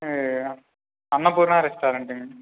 Annapurna ரெஸ்டாரண்ட்டுங்க